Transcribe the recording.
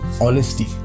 honesty